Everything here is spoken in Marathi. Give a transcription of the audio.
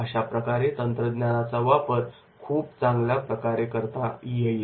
अशाप्रकारे तंत्रज्ञानाचा वापर खूपच चांगल्या प्रकारे करता येईल